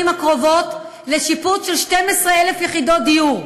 הקרובות לשיפוץ של 12,000 יחידות דיור,